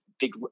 big